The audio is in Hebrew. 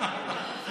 לא.